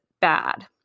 bad